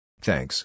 Thanks